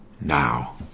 now